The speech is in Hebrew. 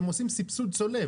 הם עושים סבסוד צולב.